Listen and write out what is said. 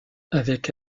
avec